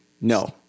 No